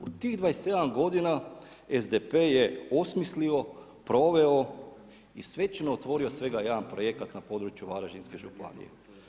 U tih 27 godina SDP je osmislio, proveo i svečano otvorio svega jedan projekat na području varaždinske županije.